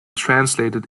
translated